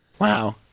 Wow